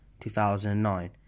2009